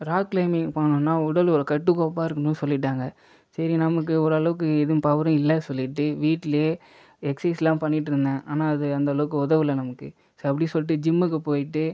rock climbing பண்ணணும்னால் உடல் ஒரு கட்டுக்கோப்பாக இருக்கணும்னு சொல்லிவிட்டாங்க சரி நமக்கு ஓரளவுக்கு எதுவும் பவரும் இல்லை சொல்லிவிட்டு வீட்டுலயே எக்சைஸ்லாம் பண்ணிட்டுருந்தேன் ஆனால் அது அந்தளவுக்கு உதவல நமக்கு சரி அப்படி சொல்லிவிட்டு ஜிம்முக்கு போயிட்டு